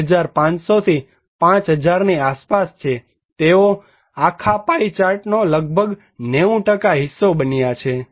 2500 થી 5000 ની આસપાસ છે તેઓ આખા પાઇ ચાર્ટનો લગભગ 90 હિસ્સો છે